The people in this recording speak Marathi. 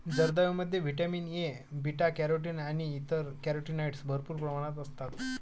जर्दाळूमध्ये व्हिटॅमिन ए, बीटा कॅरोटीन आणि इतर कॅरोटीनॉइड्स भरपूर प्रमाणात असतात